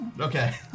Okay